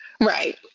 right